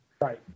Right